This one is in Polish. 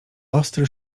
ostry